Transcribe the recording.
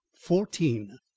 Fourteen